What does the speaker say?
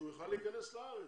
שיוכל להכנס לארץ,